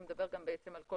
הוא מדבר על כל